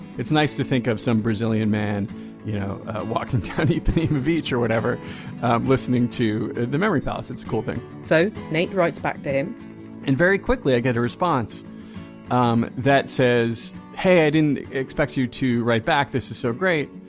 it's nice to think of some brazilian man you know walking down ipanema beach or whatever listening to the memory palace it's a cool thing so nate writes back to him and very quickly i get a response um that says, hey, i didn't expect you to write back, this is so great.